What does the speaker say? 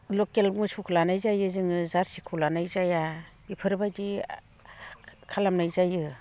लकेल मोसौखौ लानाय जायो जोङो जार्सिखौ लानाय जाया बेफोरबायदि खालामनाय जायो